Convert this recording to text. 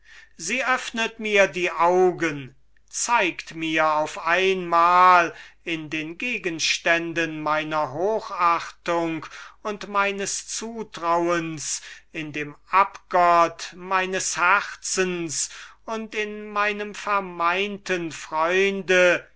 sie eröffnet mir die augen zeigt mir auf einmal in den gegenständen meiner hochachtung und meines zutrauens in dem abgott meines herzens und in meinem vermeinten freunde